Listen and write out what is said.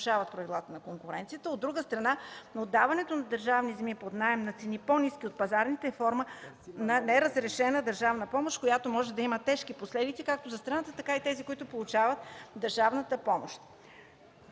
от друга страна отдаването на държавни земи под наем на цени, по-ниски от пазарните, е форма на неразрешена държавна помощ, която може да има тежки последици както за страната, така и за тези, които получават държавната помощ.